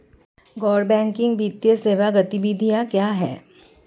गैर बैंकिंग वित्तीय सेवा गतिविधियाँ क्या हैं?